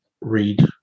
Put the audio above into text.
read